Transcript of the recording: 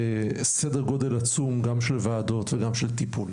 ויש סדר גודל עצום גם של ועדות וגם של טיפול.